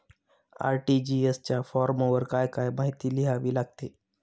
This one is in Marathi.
आर.टी.जी.एस च्या फॉर्मवर काय काय माहिती लिहावी लागते?